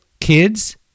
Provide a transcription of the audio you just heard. Kids